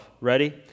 Ready